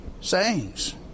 Sayings